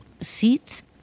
seats